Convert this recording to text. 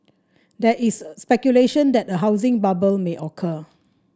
there is speculation that a housing bubble may occur